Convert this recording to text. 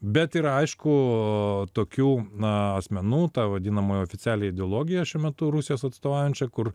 bet ir aišku tokių na asmenų tą vadinamąją oficialią ideologiją šiuo metu rusijos atstojančią kur